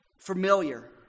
familiar